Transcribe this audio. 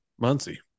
muncie